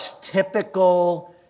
typical